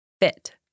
Fit